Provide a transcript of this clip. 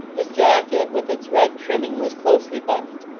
his jacket, with its red trimming, was closely buttoned.